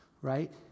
right